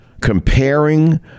comparing